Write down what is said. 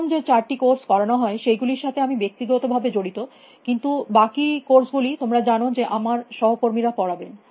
প্রথম যে চারটি কোর্স করানো হয় সেই গুলির সাথে আমি ব্যক্তিগত ভাবে জড়িত কিন্তু বাকি কোর্স গুলি তোমরা জানো যে আমার সহকর্মী রা পড়াবেন